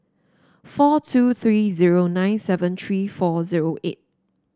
four two three zero nine seven three four zero eight